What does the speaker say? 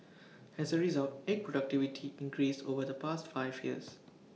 as A result egg productivity increased over the past five years